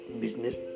business